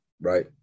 Right